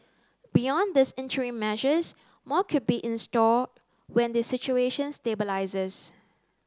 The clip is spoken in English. beyond these interim measures more could be in store when the situation stabilises